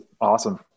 awesome